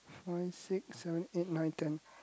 five six seven eight nine ten